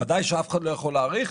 ודאי שאף אחד לא יכול להעריך